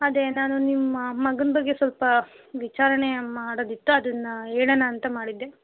ಅದೇ ನಾನು ನಿಮ್ಮ ಮಗನ ಬಗ್ಗೆ ಸ್ವಲ್ಪ ವಿಚಾರಣೆ ಮಾಡೋದಿತ್ತು ಅದನ್ನ ಹೇಳಣ ಅಂತ ಮಾಡಿದ್ದೆ